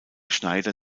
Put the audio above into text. schneider